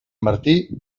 martí